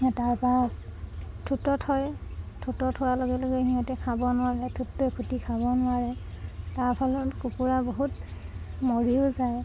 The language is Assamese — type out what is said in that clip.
তাৰপৰা ঠোঁটত হয় ঠোঁটত হোৱাৰ লগে লগে ইহঁতে খাব নোৱাৰে ঠোঁটটোৱে খুটি খাব নোৱাৰে তাৰফলত কুকুৰা বহুত মৰিও যায়